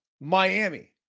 Miami